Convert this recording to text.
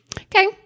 Okay